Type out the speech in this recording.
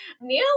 Neil